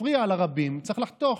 מפריע לרבים, צריך לחתוך.